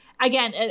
again